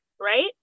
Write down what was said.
right